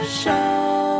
show